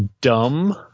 dumb